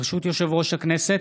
ברשות יושב-ראש הכנסת,